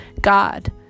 God